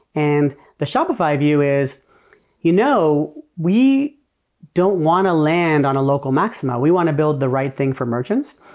and the shopify view is you know we don't want to land on a local maxima. we want to build the right thing for merchants.